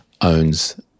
owns